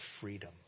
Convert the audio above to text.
freedom